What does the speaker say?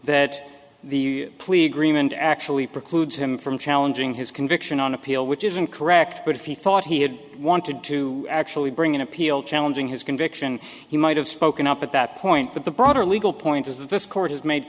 agreement actually precludes him from challenging his conviction on appeal which isn't correct but if he thought he had wanted to actually bring an appeal challenging his conviction he might have spoken up at that point but the broader legal point is this court has made